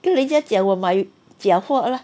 跟人家我买假货 lah